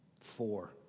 four